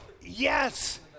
Yes